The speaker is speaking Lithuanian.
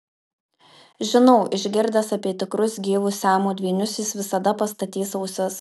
žinau išgirdęs apie tikrus gyvus siamo dvynius jis visada pastatys ausis